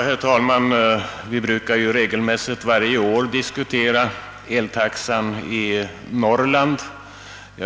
Herr talman! Vi brukar ju varje år diskutera eltaxan i Norrland.